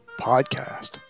Podcast